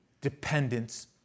dependence